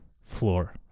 floor